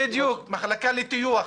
בדיוק, מחלקה לטיוח.